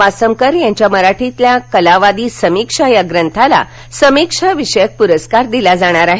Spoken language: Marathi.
वासमकर यांच्या मराठीतील कलावादी समीक्षा या ग्रंथाला समीक्षाविषयक पुरस्कार दिला जाणार आहे